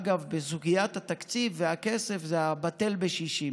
אגב, בסוגיית התקציב והכסף זה בטל בשישים.